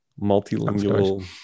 multilingual